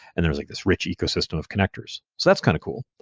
and there's like this rich ecosystem of connectors. so that's kind of cool.